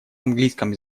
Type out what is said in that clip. английском